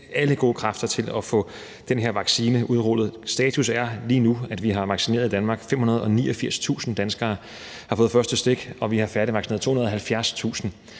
alle gode kræfter for at få den her vaccine udrullet. Status er lige nu, at vi i Danmark har vaccineret 589.000 danskere, altså at 589.000 danskere har fået det første stik, og at vi har færdigvaccineret 270.000.